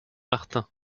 martin